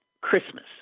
Christmas